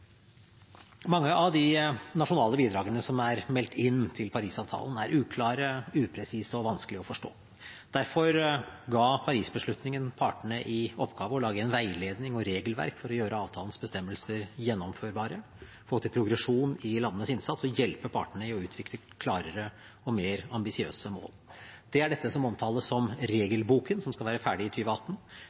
Mange av de nasjonale bidragene som er meldt inn til Parisavtalen, er uklare, upresise og vanskelige å forstå. Derfor ga Paris-beslutningen partene i oppgave å lage en veiledning og regelverk for å gjøre avtalens bestemmelser gjennomførbare, når det gjelder progresjon i landenes innsats, og for å hjelpe partene i å utvikle klarere og mer ambisiøse mål. Det er dette som omtales som regelboken som skal være ferdig i